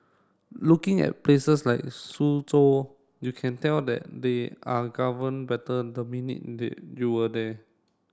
looking at places like Suzhou you can tell that they are governed better the minute you are there